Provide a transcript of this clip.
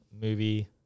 movie